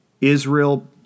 Israel